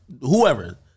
whoever-